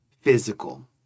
physical